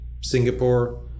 Singapore